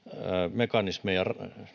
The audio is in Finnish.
mekanismeja